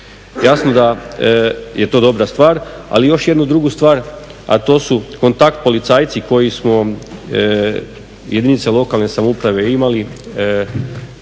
Jasno da je to dobra stvar, ali još jednu drugu stvar to su kontakt policajci koji smo u jedinice lokalne samouprave imali.